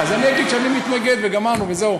אז אני אגיד שאני מתנגד, וגמרנו, וזהו.